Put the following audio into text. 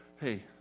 hey